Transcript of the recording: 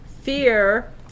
fear